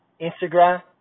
Instagram